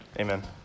Amen